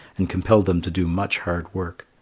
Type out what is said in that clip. and compelled them to do much hard work.